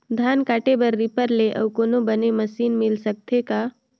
धान काटे बर रीपर ले अउ कोनो बने मशीन मिल सकथे का?